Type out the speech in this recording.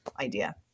idea